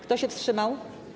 Kto się wstrzymał?